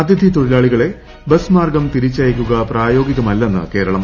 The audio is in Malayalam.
അതിഥി തൊഴിലാളി്കളെ ബസ് മാർഗം തിരിച്ചയയ്ക്കുക പ്രായോഗികമല്ലെന്ന് കേരളം